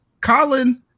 Colin